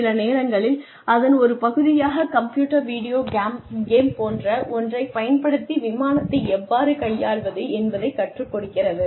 சில நேரங்களில் அதன் ஒரு பகுதியாக கம்ப்யூட்டர் வீடியோ கேம் போன்ற ஒன்றைப் பயன்படுத்தி விமானத்தை எவ்வாறு கையாள்வது என்பதைக் கற்றுக் கொடுக்கிறது